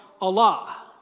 Allah